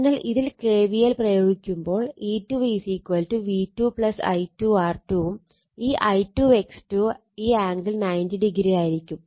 അതിനാൽ ഇതിൽ kvl പ്രയോഗിക്കുകയാണെങ്കിൽ E2 V2 I2 R2 ഉം ഈ I2 X2 ഈ ആംഗിൾ 90 ഡിഗ്രി ആയിരിക്കും